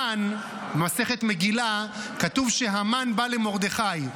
במסכת מגילה כתוב שהמן בא למרדכי.